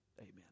Amen